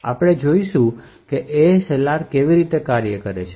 હવે આપણે જોઈશું કે ASLR કેવી રીતે કાર્ય કરે છે